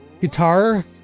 guitar